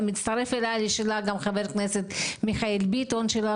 מצטרף אליי לשאלה גם חבר כנסת מיכאל ביטון שלא